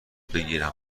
بگیرم